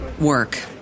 work